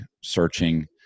searching